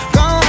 go